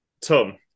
Tom